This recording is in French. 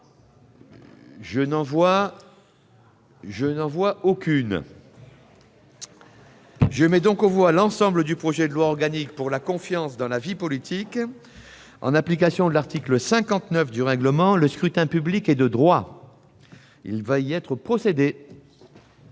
dans le texte de la commission, l'ensemble du projet de loi organique pour la confiance dans la vie politique. En application de l'article 59 du règlement, le scrutin public ordinaire est de droit. Il va y être procédé